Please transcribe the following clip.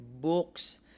books